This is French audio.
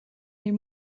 les